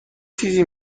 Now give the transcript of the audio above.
چیزی